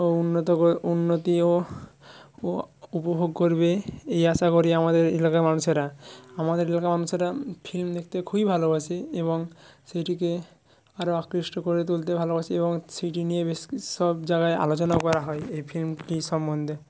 ও উন্নত উন্নতিও ও উপভোগ করবে এই আশা করি আমাদের এলাকার মানুষেরা আমাদের এলাকার মানুষেরা ফিল্ম দেখতে খুবই ভালোবাসে এবং সেটিকে আরো আকৃষ্ট করে তুলতে ভালোবাসে এবং সিডি নিয়ে বেশ সব জায়গায় আলোচনা করা হয় এই ফিল্মটি সম্বন্ধে